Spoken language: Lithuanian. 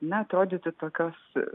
na atrodytų tokios